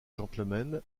gentleman